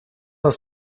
aus